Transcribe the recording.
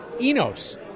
Enos